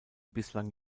bislang